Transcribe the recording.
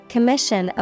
Commission